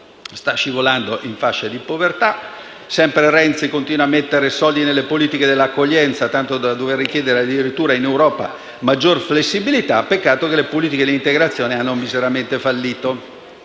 sta scivolando in fascia di povertà. Renzi continua a mettere soldi nelle politiche dell'accoglienza, al punto da chiedere in Europa maggiore flessibilità. Peccato che le politiche dell'integrazione abbiano miseramente fallito.